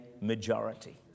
majority